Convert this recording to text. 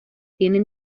tiene